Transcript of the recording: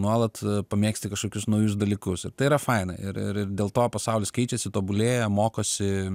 nuolat pamėgsti kažkokius naujus dalykus ir tai yra faina ir ir ir dėl to pasaulis keičiasi tobulėja mokosi